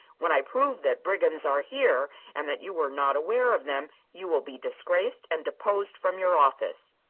when i prove that brigands are here and that you were not aware of them, you will be disgraced and deposed from your office.